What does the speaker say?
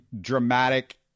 dramatic